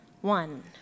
one